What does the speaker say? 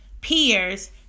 peers